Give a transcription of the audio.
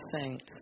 saints